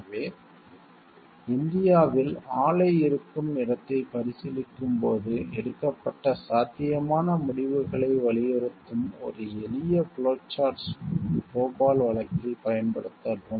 எனவே இந்தியாவில் ஆலை இருக்கும் இடத்தைப் பரிசீலிக்கும்போது எடுக்கப்பட்ட சாத்தியமான முடிவுகளை வலியுறுத்தும் ஒரு எளிய ஃப்ளோ சார்ட்டை போபால் வழக்கில் பயன்படுத்தவும்